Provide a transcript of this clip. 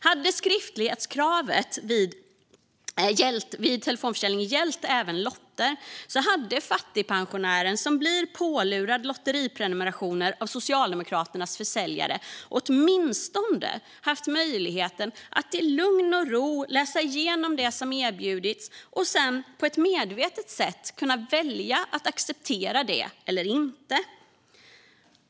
Hade skriftlighetskravet vid telefonförsäljning gällt även lotter hade fattigpensionären som blir pålurad lotteriprenumerationer av Socialdemokraternas försäljare åtminstone haft möjlighet att i lugn och ro läsa igenom det som erbjudits och sedan på ett medvetet sätt välja att acceptera det eller inte.